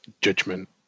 Judgment